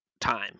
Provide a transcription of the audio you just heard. time